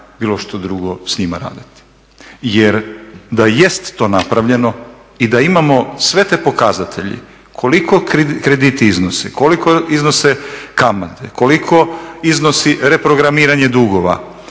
bilo što drugo s njima raditi. Jer da jest to napravljeno i da imamo sve te pokazatelje koliko krediti iznose, koliko iznose kamate, koliko iznosi reprogramiranje dugova,